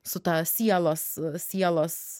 su ta sielos sielos